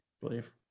believe